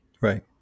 Right